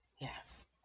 Yes